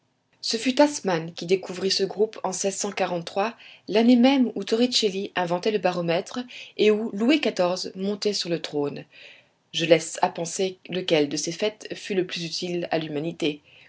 ce fut tasman qui découvrit ce groupe en l'année même où toricelli inventait le baromètre et où louis xiv montait sur le trône je laisse à penser lequel de ces faits fut le plus utile à l'humanité